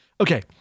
Okay